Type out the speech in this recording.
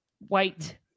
White